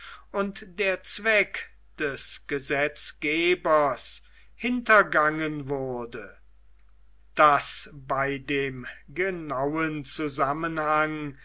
und der zweck des gesetzgebers hintergangen wurde daß bei dem genauen zusammenhange